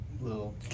little